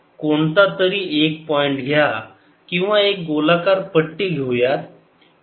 कोणता तरी एक पॉईंट घ्या किंवा एक गोलाकार पट्टी घेऊयात